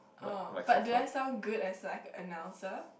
oh but do I sound good as like an announcer